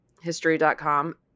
History.com